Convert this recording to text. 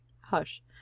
Hush